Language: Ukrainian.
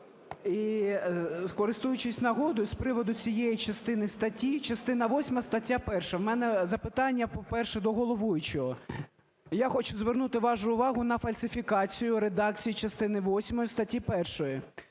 І, користуючись нагодою з приводу цієї частини статті, частина восьма стаття 1. В мене запитання, по-перше, до головуючого. Я хочу звернути вашу увагу на фальсифікацію редакції частини восьмої статті 1.